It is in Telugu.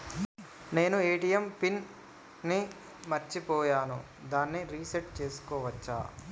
నేను ఏ.టి.ఎం పిన్ ని మరచిపోయాను దాన్ని రీ సెట్ చేసుకోవచ్చా?